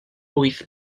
wyth